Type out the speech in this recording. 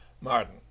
Martin